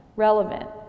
relevant